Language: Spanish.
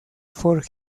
for